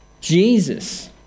Jesus